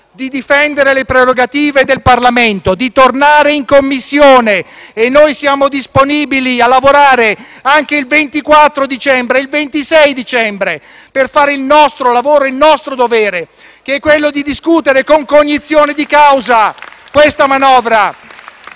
di difendere le prerogative del Parlamento, di tornare in Commissione e noi siamo disponibili a lavorare anche il 24 e il 26 dicembre per fare il nostro lavoro e il nostro dovere, che è quello di discutere con cognizione di causa questa manovra.